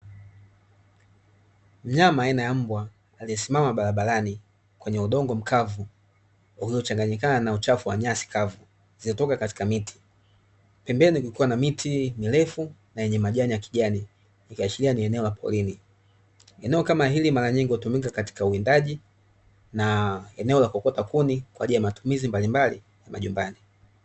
Mnyama aina ya mbwa aliesimama barabarani kwenye udongo mkavu uliochanganyikana na uchafu wa nyasi kavu zilizotoka katika miti, pembeni kukiwa na miti mirefu na yenye majani ya kijani, ikiashiria ni eneo la porini. Eneo kama hili mara nyingi hutumika katika uwindaji, na eneo la kuokota kuni kwa ajili ya matumizi mbalimbali ya majumbani.